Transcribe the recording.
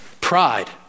Pride